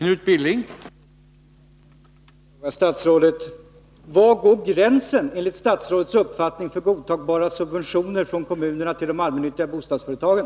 Herr talman! Var går enligt herr statsrådets mening gränsen för vad som skall betraktas som godtagbara subventioner från kommunerna till de allmännyttiga bostadsföretagen?